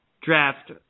draft